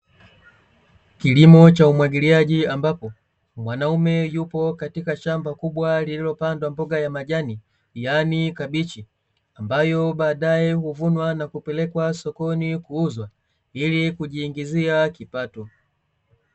Kilimo cha umwagiliaji, ambapo mwanume yupo katika shamba kubwa lililopandwa mboga ya majani yaani Kabichi, ambayo baadae huvunwa na kupelekwa sokoni kuuzwa ili kujiingizia kipato.